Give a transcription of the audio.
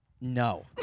No